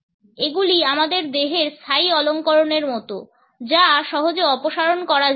এগুলি আমাদের দেহের স্থায়ী অলঙ্করণের মতো যা সহজে অপসারণ করা যায় না